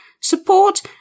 support